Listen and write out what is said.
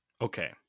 Okay